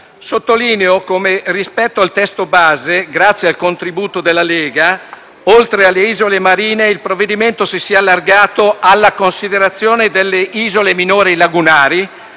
Sottolineo come, rispetto al testo base, grazie al contributo della Lega, oltre alle isole marine il provvedimento si sia allargato alla considerazione delle isole minori lagunari,